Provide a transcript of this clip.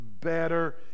better